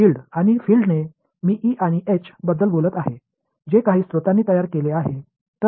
எனவே புலம் மற்றும் புலம் மூலம்J ஆதாரங்களால் உருவாக்கப்பட்ட E மற்றும் H ஐப் பற்றி பேசுகிறேன் என்று கூறுகிறது